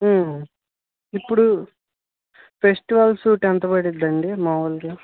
ఇప్పుడు ఫెస్టివల్సు ఎంత పడుతుందండి మాములుగా